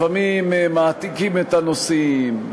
לפעמים מעתיקים את הנושאים,